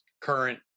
current